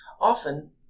often